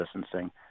distancing